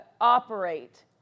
operate